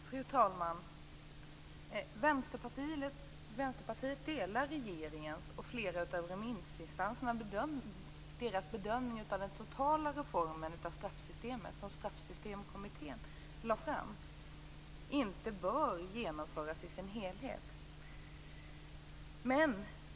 Fru talman! Vi i Vänsterpartiet delar den bedömning som regeringen och flera av remissinstanserna gör av den totala reform av straffsystemet som Straffsystemkommittén har presenterat, dvs. att den inte bör genomföras i sin helhet.